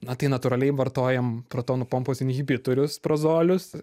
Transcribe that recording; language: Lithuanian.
na tai natūraliai vartojam protonų pompos inhibitorius prozolius